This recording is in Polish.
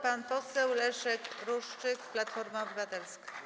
Pan poseł Leszek Ruszczyk, Platforma Obywatelska.